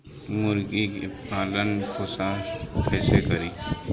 मुर्गी के पालन पोषण कैसे करी?